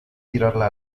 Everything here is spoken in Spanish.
tirarla